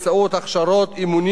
על-פי משימות ייחודיות,